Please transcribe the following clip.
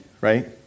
right